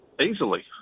easily